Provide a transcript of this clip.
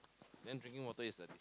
then drinking water is the